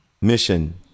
mission